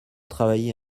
travaillé